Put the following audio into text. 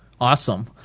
Awesome